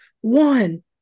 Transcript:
one